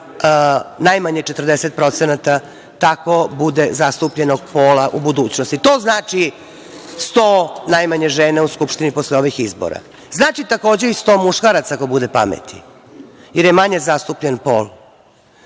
najmanje 40% tako bude zastupljenog pola u budućnosti. To znači sto najmanje žena u Skupštini posle ovih izbora. Znači takođe i sto muškaraca ako bude pameti, jer je manje zastupljen pol. Ako